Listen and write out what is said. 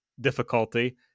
difficulty